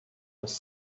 was